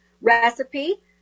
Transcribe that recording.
recipe